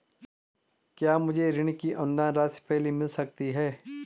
क्या मुझे ऋण की अनुदान राशि पहले मिल सकती है?